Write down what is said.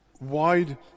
wide